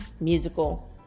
musical